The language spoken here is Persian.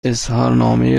اظهارنامه